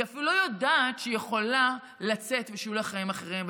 היא אפילו לא יודעת שהיא יכולה לצאת ושיהיו לה חיים אחרים.